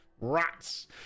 Rats